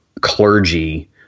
clergy